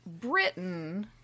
Britain